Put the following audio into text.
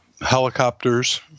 helicopters